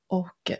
och